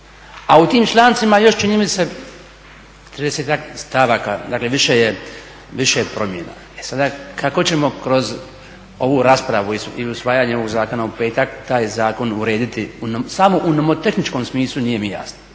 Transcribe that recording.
a tu tim člancima još čini mi se tridesetak stavaka, dakle više je promjena. E sada, kako ćemo kroz ovu raspravu i usvajanje ovog zakona u petak taj zakon urediti samo u nomotehničkom smislu nije mi jasno,